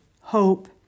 hope